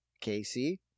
Casey